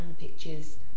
pictures